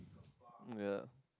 yeah